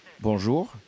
Bonjour